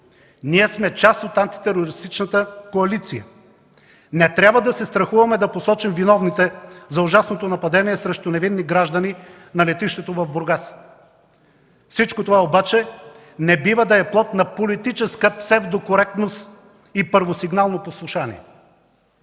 Ние сме част от антитерористичната коалиция, не трябва да се страхуваме да посочим виновните за ужасното нападение срещу невинни граждани на летището в Бургас. Всичко това обаче не бива да е плод на политическа псевдо коректност и първосигнално послушание.